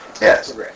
Yes